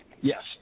Yes